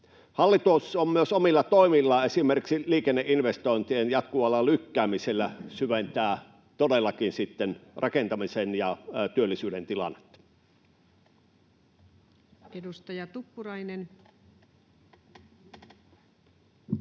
Hallitus myös omilla toimillaan, esimerkiksi liikenneinvestointien jatkuvalla lykkäämisellä, syventää todellakin rakentamisen ja työllisyyden tilannetta. [Speech 46] Speaker: